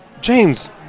James